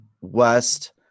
West